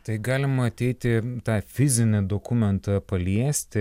tai galima ateiti tą fizinį dokumentą paliesti